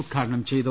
ഉദ്ഘാടനം ചെയ്തു